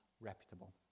reputable